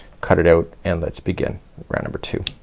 cut it out and let's begin round number two.